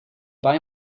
buy